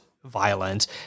violence